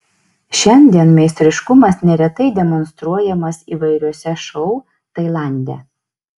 šiandien meistriškumas neretai demonstruojamas įvairiuose šou tailande